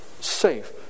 safe